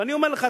ואני אומר לך,